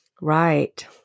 Right